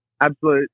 absolute